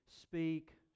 speak